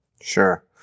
Sure